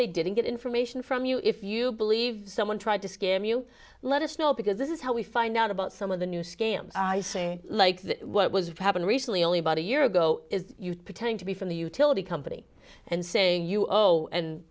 they didn't get information from you if you believe someone tried to scam you let us know because this is how we find out about some of the new scams i say like that what was happened recently only about a year ago you pretend to be from the utility company and say you owe and